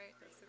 right